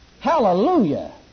Hallelujah